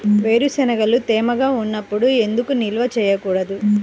వేరుశనగలు తేమగా ఉన్నప్పుడు ఎందుకు నిల్వ ఉంచకూడదు?